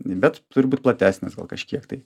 bet turi būt platesnės gal kažkiek tai